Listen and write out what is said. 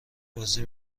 بازی